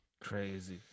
crazy